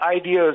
ideas